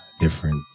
different